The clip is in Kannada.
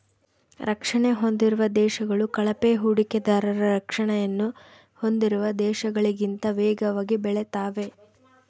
ರಕ್ಷಣೆ ಹೊಂದಿರುವ ದೇಶಗಳು ಕಳಪೆ ಹೂಡಿಕೆದಾರರ ರಕ್ಷಣೆಯನ್ನು ಹೊಂದಿರುವ ದೇಶಗಳಿಗಿಂತ ವೇಗವಾಗಿ ಬೆಳೆತಾವೆ